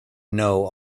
know